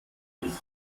nicht